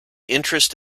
interest